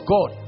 God